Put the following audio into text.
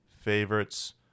favorites